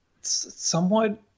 somewhat